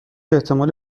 احتمالی